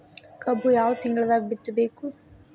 ಕಬ್ಬು ಯಾವ ತಿಂಗಳದಾಗ ಬಿತ್ತಬೇಕು?